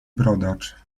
brodacz